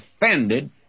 offended